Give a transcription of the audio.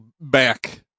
back